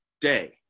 day